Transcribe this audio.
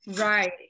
right